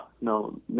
no